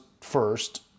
first